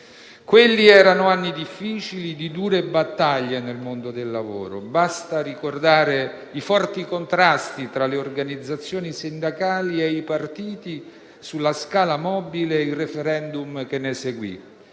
Quelli erano anni difficili e di dure battaglie nel mondo del lavoro. Basta ricordare i forti contrasti tra le organizzazioni sindacali e i partiti sulla scala mobile e il *referendum* che ne seguì.